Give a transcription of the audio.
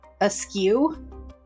Askew